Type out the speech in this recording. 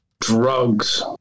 Drugs